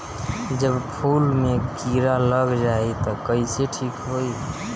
जब फूल मे किरा लग जाई त कइसे ठिक होई?